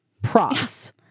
Props